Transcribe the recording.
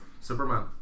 Superman